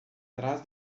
trás